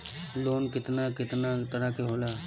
Loan केतना केतना तरह के होला?